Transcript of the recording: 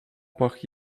pach